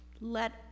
Let